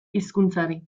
hizkuntzari